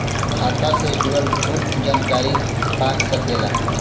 खाता से जुड़ल कुल जानकारी पा सकेला